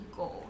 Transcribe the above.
go